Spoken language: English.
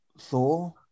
thor